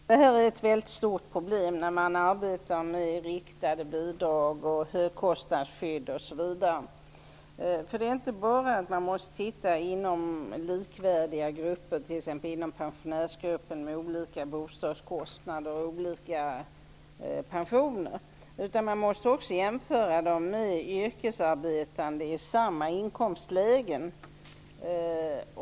Fru talman! Jag vill bara påpeka att detta är ett mycket stort problem när man arbetar med riktade bidrag och högkostnadsskydd. Man måste inte bara titta inom likvärdiga grupper, t.ex. inom pensionärsgruppen, med olika bostadskostnader och olika pensioner utan man måste också jämföra dem med yrkesarbetande i samma inkomstlägen.